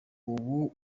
ubu